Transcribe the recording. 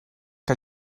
que